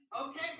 Okay